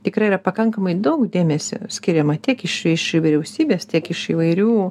tikrai yra pakankamai daug dėmesio skiriama tiek iš iš vyriausybės tiek iš įvairių